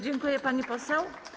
Dziękuję, pani poseł.